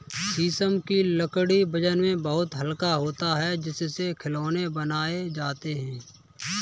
शीशम की लकड़ी वजन में बहुत हल्का होता है इससे खिलौने बनाये जाते है